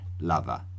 lover